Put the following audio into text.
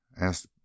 asked